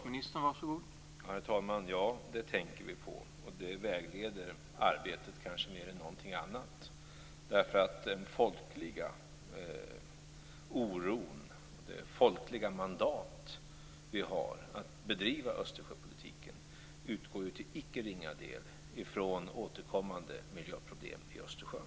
Herr talman! Ja, det tänker vi på. Det vägleder arbetet kanske mer än någonting annat. Den folkliga oron och det folkliga mandat vi har att bedriva Östersjöpolitik utgår till icke ringa del ifrån återkommande miljöproblem i Östersjön.